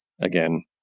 again